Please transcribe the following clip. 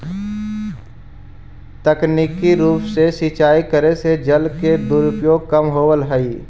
तकनीकी रूप से सिंचाई करे से जल के दुरुपयोग कम होवऽ हइ